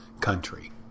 country